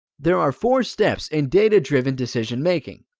there are four steps in data-driven decision-making.